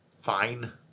fine